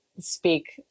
speak